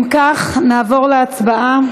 אם כך, נעבור להצבעה.